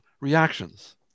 reactions